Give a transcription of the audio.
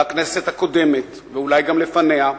בכנסת הקודמת ואולי גם לפניה,